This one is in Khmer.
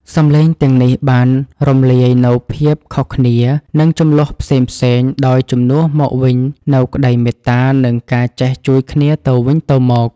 សម្លេងទាំងនេះបានរំលាយនូវភាពខុសគ្នា និងជម្លោះផ្សេងៗ ដោយជំនួសមកវិញនូវក្តីមេត្តា និងការចេះជួយគ្នាទៅវិញទៅមក។